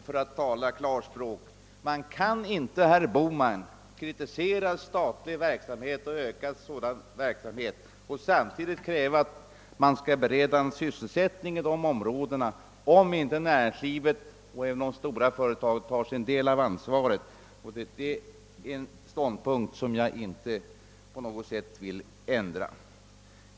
För att tala klarspråk: man kan inte, herr Bohman, kritisera statlig verksamhet och ökad sådan verksamhet och samtidigt kräva att det skall beredas sysselsättning i de områdena, om inte näringslivet och även de stora företagen tar sin del av ansvaret. Det är en ståndpunkt som jag inte på något sätt vill ändra.